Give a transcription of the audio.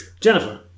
Jennifer